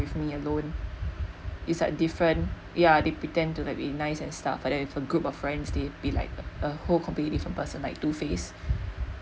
with me alone is like different ya they pretend to like be nice and stuff for if there a group of friends they be like a whole completely two different person like two faced